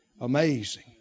Amazing